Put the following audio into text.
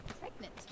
pregnant